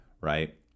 Right